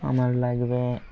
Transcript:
আমার লাগবে